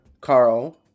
Carl